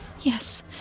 yes